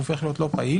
הוא הופך להיות לא פעיל,